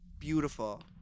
beautiful